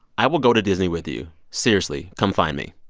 i will go to disney with you. seriously. come find me.